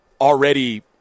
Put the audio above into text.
already